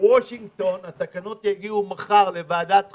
בוושינגטון התקנות יגיעו מחר לוועדת החוקה.